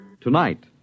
Tonight